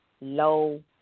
low